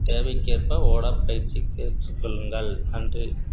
தேவைக்கேற்ப ஓடப் பயிற்சி ஏற்றுக் கொள்ளுங்கள் நன்றி